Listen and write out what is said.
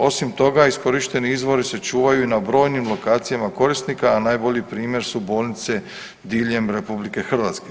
Osim toga iskorišteni izvori se čuvaju i na brojnim lokacijama korisnika, a najbolji primjer su bolnice diljem RH.